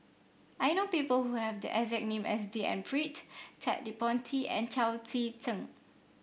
I know people who have the exact name as D N Pritt Ted De Ponti and Chao Tzee Cheng